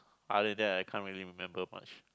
other than that I can't really remember much